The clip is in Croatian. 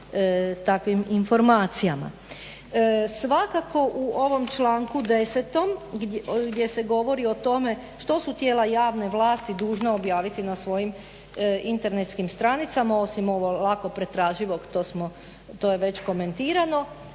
Svakako u ovom članku 10. gdje se govori o tome što su tijela javne vlasti dužna objaviti na svojim internetskim stranicama, osim ovo lako pretraživog, to smo, to je već komentirano,